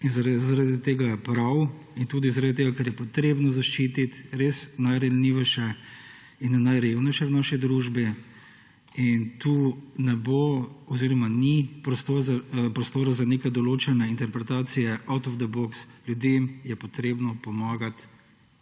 Zaradi tega je prav in tudi zaradi tega, ker je potrebno zaščititi res najranljivejše in najrevnejše v naši družbi. Tu ni prostora za neke določene interpretacije out of the box. Ljudem je potrebno pomagati,